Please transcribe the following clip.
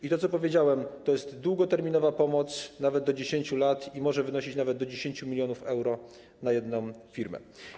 Jak powiedziałem: to jest długoterminowa pomoc, nawet do 10 lat, i może wynosić nawet do 10 mln euro na jedną firmę.